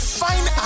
fine